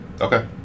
okay